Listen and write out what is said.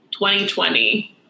2020